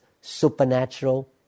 supernatural